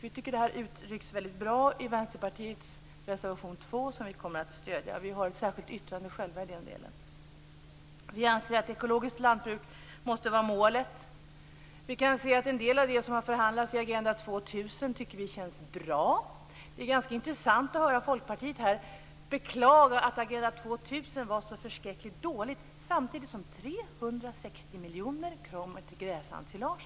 Vi tycker att det uttrycks väldigt bra i Vänsterpartiets reservation 2 som vi kommer att stödja. Vi har själva ett särskilt yttrande i den delen. Vi anser att ett ekologiskt lantbruk måste vara målet. En del av det som har förhandlats i Agenda 2000 tycker vi känns bra. Det är ganska intressant att höra Folkpartiet här beklaga att Agenda 2000 var så förskräckligt dåligt samtidigt som 360 miljoner kommer till gräsensilage.